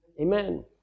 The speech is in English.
Amen